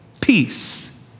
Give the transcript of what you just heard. peace